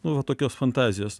na va tokios fantazijos